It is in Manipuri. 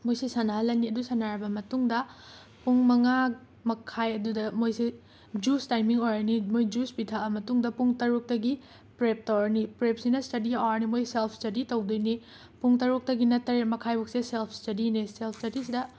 ꯃꯣꯏꯁꯦ ꯁꯥꯟꯅꯍꯜꯂꯅꯤ ꯑꯗꯨ ꯁꯥꯟꯅꯔꯕ ꯃꯇꯨꯡꯗ ꯄꯨꯡ ꯃꯉꯥ ꯃꯈꯥꯏ ꯑꯗꯨꯗ ꯃꯣꯏꯁꯤ ꯖꯨꯁ ꯇꯥꯏꯃꯤꯡ ꯑꯣꯏꯔꯅꯤ ꯃꯣꯏ ꯖꯨꯁ ꯄꯤꯊꯛꯑꯕ ꯃꯇꯨꯡꯗ ꯄꯨꯡ ꯇꯔꯨꯛꯇꯒꯤ ꯄ꯭ꯔꯦꯞ ꯇꯧꯔꯅꯤ ꯄ꯭ꯔꯦꯞꯁꯤꯅ ꯁ꯭ꯇꯗꯤ ꯑꯋꯥꯔꯅꯤ ꯃꯣꯏ ꯁꯦꯜꯐ ꯁ꯭ꯇꯗꯤ ꯇꯧꯗꯣꯏꯅꯤ ꯄꯨꯡ ꯇꯔꯨꯛꯇꯒꯤꯅ ꯇꯔꯦꯠꯃꯈꯥꯏꯐꯥꯎꯁꯦ ꯁꯦꯜꯞ ꯁ꯭ꯇꯗꯤꯅꯦ ꯁꯦꯜꯞ ꯁ꯭ꯇꯗꯤꯁꯤꯗ